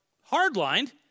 hard-lined